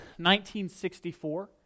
1964